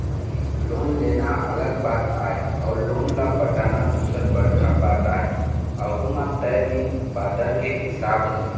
loan लेना अलग बात आय अउ लोन ल पटाना दूसर बड़का बात आय अहूँ म तय दिन बादर के हिसाब ले